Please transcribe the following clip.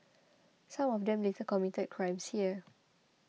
some of them later committed crimes here